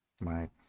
Right